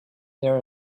there